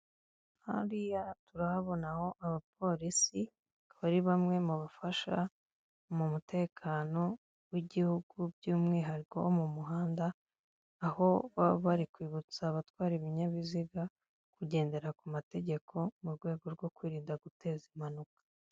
Hariya turahabonaho abapolisi bakaba ari bamwe mu bafasha mu mutekano w'igihugu by'umwihariko wo mu muhanda, aho baba bari kwibutsa abatwara ibinyabiziga kugendera ku mategeko mu rwego rwo kwirinda guteza impanuka.